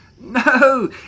No